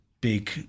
big